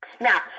Now